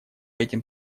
этим